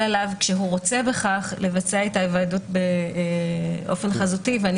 עליו לבצע את ההיוועדות באופן חזותי כשהוא רוצה בכך.